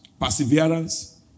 perseverance